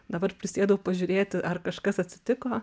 dabar prisėdau pažiūrėti ar kažkas atsitiko